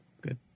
Good